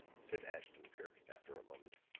said ashton-kirk, after a moment.